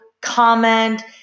comment